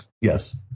Yes